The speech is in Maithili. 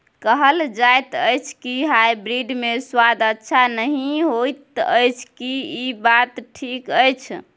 कहल जायत अछि की हाइब्रिड मे स्वाद अच्छा नही होयत अछि, की इ बात ठीक अछि?